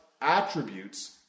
attributes